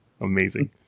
Amazing